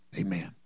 Amen